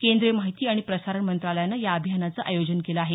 केंद्रीय माहिती आणि प्रसारण मंत्रालयानं या अभियानाचं आयोजन केलं आहे